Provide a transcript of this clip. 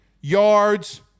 yards